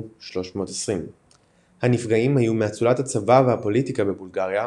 320. הנפגעים היו מאצולת הצבא והפוליטיקה בבולגריה,